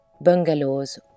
bungalows